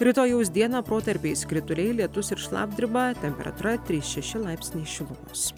rytojaus dieną protarpiais krituliai lietus ir šlapdriba temperatūra trys šeši laipsniai šilumos